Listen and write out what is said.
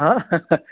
हां